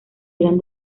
irán